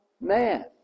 man